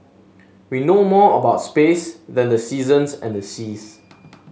we know more about space than the seasons and the seas